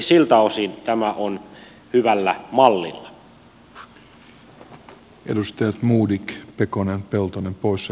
siltä osin tämä on hyvällä mallilla